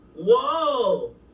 Whoa